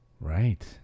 Right